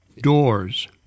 Doors